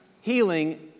healing